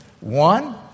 one